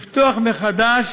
לפתוח מחדש